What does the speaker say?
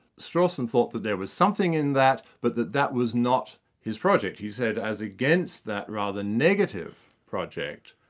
strawson thought that there was something in that, but that that was not his project, he said, as against that rather negative project,